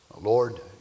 Lord